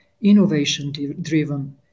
innovation-driven